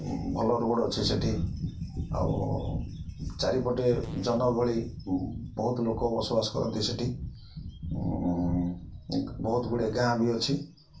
ଭଲ ରୋଡ଼ ଅଛି ସେଠି ଆଉ ଚାରିପଟେ ଜନଗହଳି ବହୁତ ଲୋକ ବସବାସ କରନ୍ତି ସେଠି ବହୁତ ଗୁଡ଼ିଏ ଗାଁ ବି ଅଛି